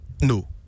No